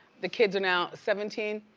the kids are now seventeen,